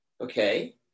Okay